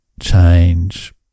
change